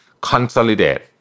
Consolidate